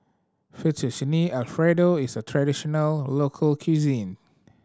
Fettuccine Alfredo is a traditional local cuisine